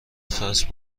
فصل